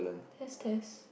let's test